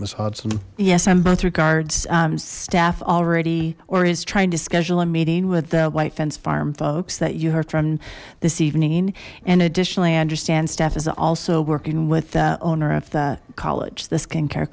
miss hudson yes i'm both regards staff already or is trying to schedule a meeting with the white fence farm folks that you heard from this evening and additionally i understand staff is also working with the owner of the college the skin care